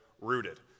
Rooted